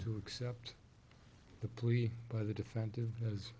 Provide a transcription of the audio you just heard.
to accept the plea by the defensive as